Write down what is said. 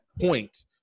point